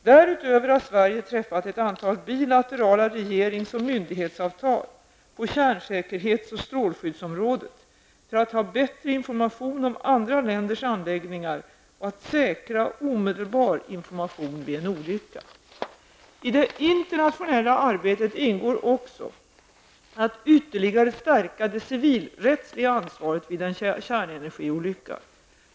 Därutöver har Sverige träffat ett antal bilaterala regerings och myndighetsavtal på kärnsäkerhetsoch strålskyddsområdet för att ha bättre information om andra länders anläggningar och för att säkra omedelbar information vid en olycka. I det internationella arbetet ingår också att ytterligare stärka det civilrättsliga ansvaret vid en kärnenergiolycka.